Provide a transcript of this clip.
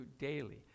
daily